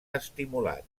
estimulat